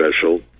special